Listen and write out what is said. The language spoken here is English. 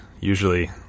usually